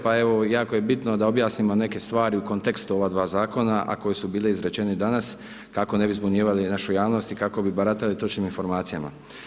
Pa evo jako je bitno da objasnimo neke stvari u kontekstu ova dva zakona a koje su bile izrečeni danas kako ne bi zbunjivali našu javnost i kako bi baratali točnim informacijama.